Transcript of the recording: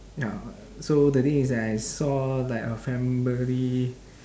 ya so the thing is that I saw like a family